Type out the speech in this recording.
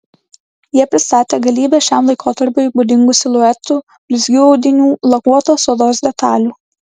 jie pristatė galybę šiam laikotarpiui būdingų siluetų blizgių audinių lakuotos odos detalių